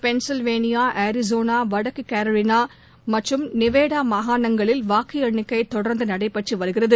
Pennsylvania Arizona வடக்கு Carolina மற்றும் Nevada மாகாணங்களில் வாக்கு எண்ணிக்கை தொடர்ந்து நடைபெற்று வருகிறது